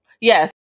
Yes